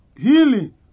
healing